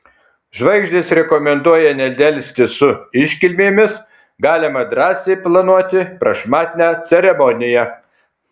žvaigždės rekomenduoja nedelsti su iškilmėmis galima drąsiai planuoti prašmatnią ceremoniją